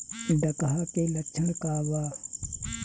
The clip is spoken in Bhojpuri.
डकहा के लक्षण का वा?